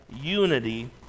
unity